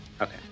Okay